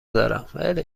دارم